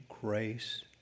grace